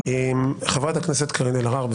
חברת הכנסת קארין אלהרר.